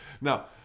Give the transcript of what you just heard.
Now